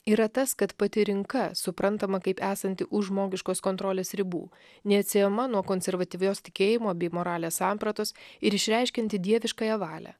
yra tas kad pati rinka suprantama kaip esanti už žmogiškos kontrolės ribų neatsiejama nuo konservatyvios tikėjimo bei moralės sampratos ir išreiškianti dieviškąją valią